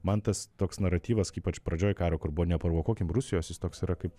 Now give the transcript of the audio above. man tas toks naratyvas ypač pradžioj karo kur buvo neprovokuokim rusijos jis toks yra kaip